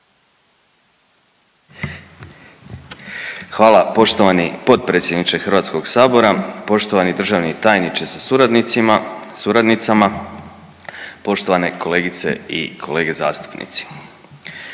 Hvala poštovani potpredsjedniče Hrvatskog sabora. Poštovani državni tajniče sa suradnicima, suradnicama, poštovane kolegice i kolege zastupnici.